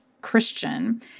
Christian